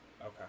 Okay